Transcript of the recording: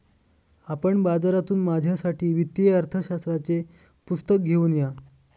आपण बाजारातून माझ्यासाठी वित्तीय अर्थशास्त्राचे पुस्तक घेऊन या